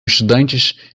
estudantes